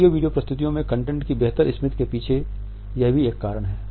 audio video प्रस्तुतियों में content की बेहतर स्मृति के पीछे यह भी एक कारण है